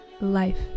Life